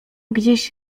gdzieś